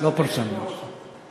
הם לא מפיצים את זה.